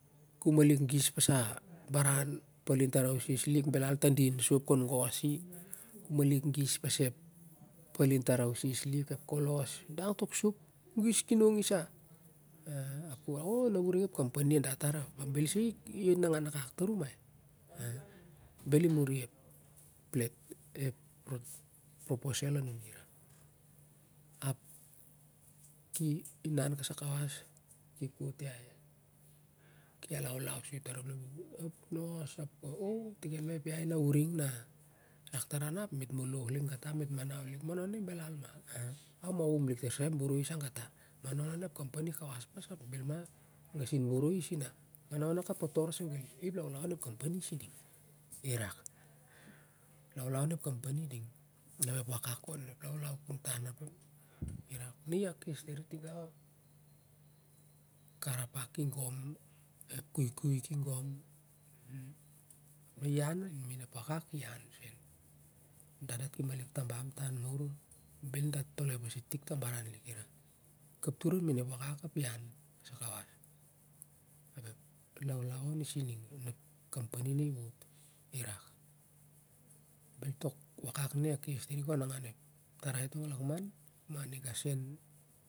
Ki malik gis pas a tarausis lik bel ta dik sop lik kon gos i gis pas a palin tarausis lik ep ko los bel ta din sop u gis kinong u sa o na uring ep company a dah tar ap isa i nangan akak tar iau ap ki inan kasai kawas ki kot iau ap ki alaulau soi arop tar to iau ap na i nos ap ki warai o na uring mit moloh lik asep i to iau na ma manaona belal ma ap e re un lik sa kai boroi saga ta ma naona ka potor sai seu ot ip laulau onep company siding ip laulau on i ding ep laulau kuntan irak na i akes tari tigau karapa ki gom ep kaikai ki gom ian main ep wakak ian seu dat ki malik tabam tar mur main ep wakak ap i an ap ep laulau on i sinang on ep company ni wot irak